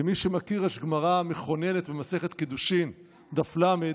למי שמכיר, יש גמרא מכוננת במסכת קידושין דף ל',